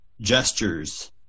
gestures